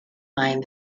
mind